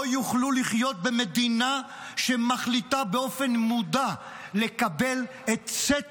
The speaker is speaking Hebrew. הם לא יוכלו לחיות במדינה שמחליטה באופן מודע לקבל את סט